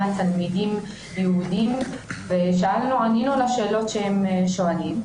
תלמידים יהודים וענינו על השאלות שהם שואלים,